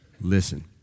Listen